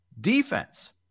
Defense